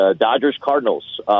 Dodgers-Cardinals